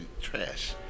trash